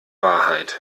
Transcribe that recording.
wahrheit